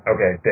Okay